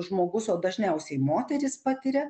žmogus o dažniausiai moterys patiria